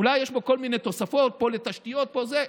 אולי יש בו כל מיני תוספות לתשתיות, וגם,